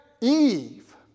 Eve